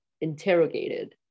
interrogated